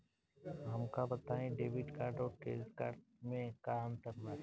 हमका बताई debit card और क्रेडिट कार्ड में का अंतर बा?